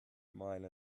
mile